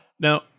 Now